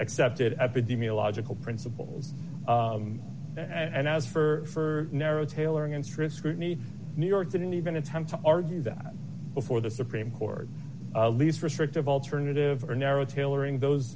accepted epidemiological principles and as for narrow tailoring interest scrutiny new york didn't even attempt to argue that before the supreme court of least restrictive alternative or narrow tailoring those